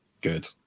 good